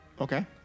Okay